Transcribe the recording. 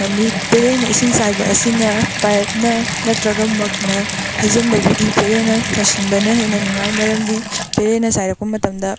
ꯉꯝꯃꯤ ꯄꯦꯔꯦꯅ ꯏꯁꯤꯡ ꯆꯥꯏꯕ ꯑꯁꯤꯅ ꯄꯥꯌꯦꯞꯅ ꯅꯠꯇ꯭ꯔꯒ ꯃꯛꯅ ꯍꯩꯖꯟꯕꯕꯨꯗꯤ ꯄꯦꯔꯦꯅ ꯆꯥꯏꯁꯤꯟꯕꯅ ꯍꯦꯟꯅ ꯅꯨꯡꯉꯥꯏ ꯃꯔꯝꯗꯤ ꯄꯦꯔꯦꯅ ꯆꯥꯏꯔꯛꯄ ꯃꯇꯝꯗ